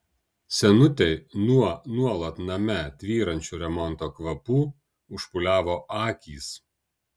senutei nuo nuolat name tvyrančių remonto kvapų užpūliavo akys